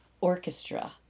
orchestra